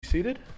seated